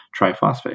triphosphate